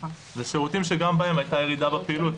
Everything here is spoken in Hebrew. זה שירותים שגם בהם הייתה ירידה בפעילות.